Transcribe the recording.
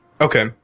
Okay